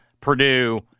Purdue